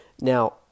now